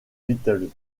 beatles